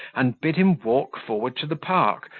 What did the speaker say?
and bid him walk forward to the park,